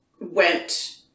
went